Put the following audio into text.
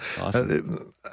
Awesome